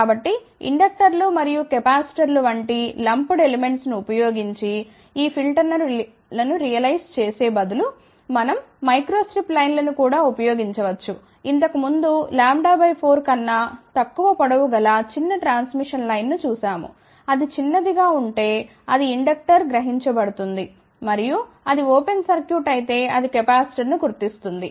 కాబట్టి ఇండక్టర్లు మరియు కెపాసిటర్లు వంటి లంప్డ్ ఎలిమెంట్స్ ను ఉపయోగించి ఈ ఫిల్టర్లను రియలైజ్ చేసే బదులు మనం మైక్రోస్ట్రిప్ లైన్లను కూడా ఉపయోగించవచ్చు ఇంతకుముందు λ 4 కన్నా తక్కువ పొడవు గల చిన్న ట్రాన్మిషన్ లైన్ ను చూశాము అది చిన్నదిగా ఉంటే అది ఇండక్టర్ గ్రహించబడుతుంది మరియు అది ఓపెన్ సర్క్యూట్ అయితే అది కెపాసిటర్ను గుర్తిస్తుంది